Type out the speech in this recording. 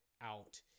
out